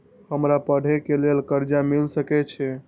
हमरा पढ़े के लेल कर्जा मिल सके छे?